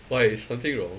why is something wrong